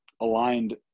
aligned